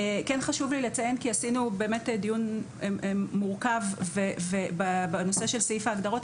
כן חשוב לי לציין כי עשינו באמת דיון מורכב בנושא של סעיף ההגדרות.